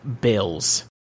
bills